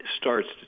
starts